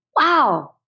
Wow